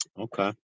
Okay